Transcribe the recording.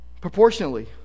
proportionally